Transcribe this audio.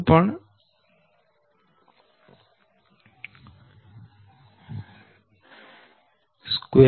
db'c14 D